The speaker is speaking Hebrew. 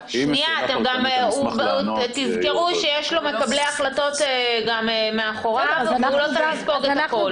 תזכרו שיש מקבלי החלטות מאחוריו והוא לא צריך לספוג את הכול.